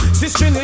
sister